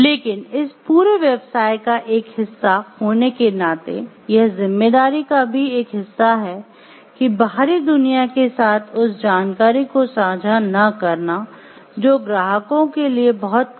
लेकिन इस पूरे व्यवसाय का एक हिस्सा होने के नाते यह जिम्मेदारी का भी एक हिस्सा है कि बाहरी दुनिया के साथ उस जानकारी को साझा न करना जो ग्राहकों के लिए बहुत खास होती है